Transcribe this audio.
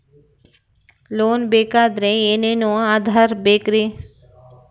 Loan ಬೇಕಾದ್ರೆ ಏನೇನು ಆಧಾರ ಬೇಕರಿ?